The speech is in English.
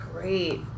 great